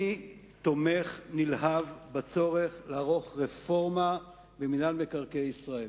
אני תומך נלהב בצורך לערוך רפורמה במינהל מקרקעי ישראל.